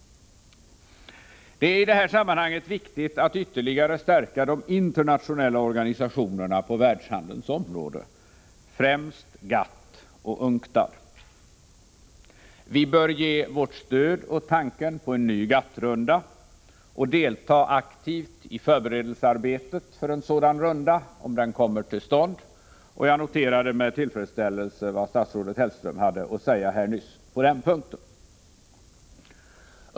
Det är i detta sammanhang viktigt att ytterligare stärka de internationella organisationerna på världshandelns område, främst GATT och UNCTAD. Vi bör ge vårt stöd åt tanken på en ny GATT-runda och delta aktivt i förberedelsearbetet för en sådan runda om den kommer till stånd. Jag noterade med tillfredsställelse vad statsrådet Hellström hade att säga på den punkten.